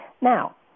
Now